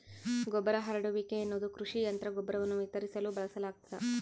ಗೊಬ್ಬರ ಹರಡುವಿಕೆ ಎನ್ನುವುದು ಕೃಷಿ ಯಂತ್ರ ಗೊಬ್ಬರವನ್ನು ವಿತರಿಸಲು ಬಳಸಲಾಗ್ತದ